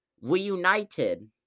reunited